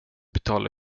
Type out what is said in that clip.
betala